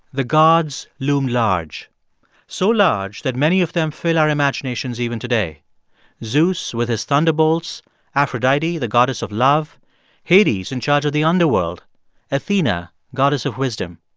the gods loom large so large that many of them fill our imaginations even today zeus with his thunderbolts aphrodite, the goddess of love hades, in charge of the underworld athena, goddess of wisdom.